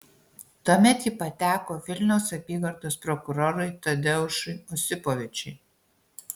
tuomet ji pateko vilniaus apygardos prokurorui tadeušui osipovičiui